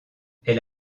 elle